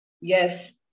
Yes